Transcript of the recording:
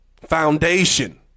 Foundation